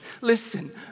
Listen